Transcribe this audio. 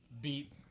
beat